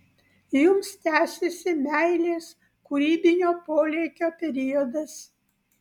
jums tęsiasi meilės kūrybinio polėkio periodas